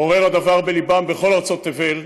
עורר הדבר את לבם בכל ארצות תבל,